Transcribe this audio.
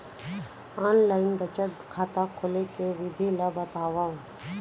Online बचत खाता खोले के विधि ला बतावव?